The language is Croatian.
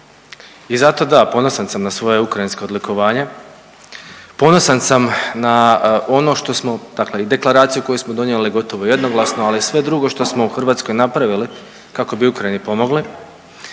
i zato da, ponosan sam na svoje ukrajinsko odlikovanje, ponosan sam na ono što smo, dakle i deklaraciju koju smo donijeli gotovo jednoglasno. Ali i sve drugo što smo u Hrvatskoj napravili kako bi Ukrajini pomogli.